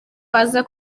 aza